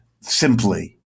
simply